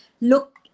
look